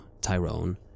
Tyrone